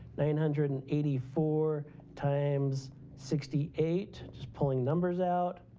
nine hundred and eighty four times sixty eight, just pulling numbers out.